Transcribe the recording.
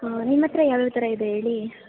ಹಾಂ ನಿಮ್ಮ ಹತ್ರ ಯಾವ ಯಾವ ಥರ ಇದೆ ಹೇಳಿ